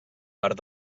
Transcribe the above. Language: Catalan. part